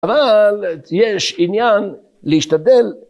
אבל, יש עניין להשתדל